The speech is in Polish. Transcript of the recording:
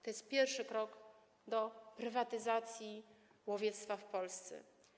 To jest pierwszy krok do prywatyzacji łowiectwa w Polsce.